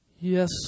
Yes